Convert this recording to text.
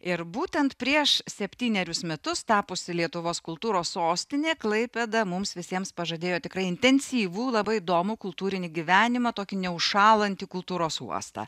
ir būtent prieš septynerius metus tapusi lietuvos kultūros sostinė klaipėda mums visiems pažadėjo tikrai intensyvų labai įdomų kultūrinį gyvenimą tokį neužšąlantį kultūros uostą